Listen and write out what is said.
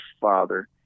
father